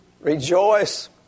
Rejoice